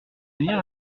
venir